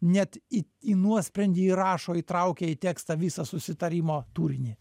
net į į nuosprendį įrašo įtraukia į tekstą visą susitarimo turinį